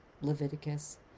Leviticus